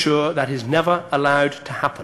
כולנו כאן מאחלים לכם הצלחה רבה